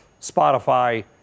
Spotify